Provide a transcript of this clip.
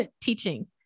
teaching